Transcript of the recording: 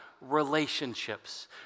relationships